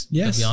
yes